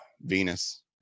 Venus